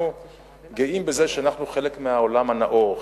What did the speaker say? אנחנו גאים בזה שאנחנו חלק מהעולם הנאור,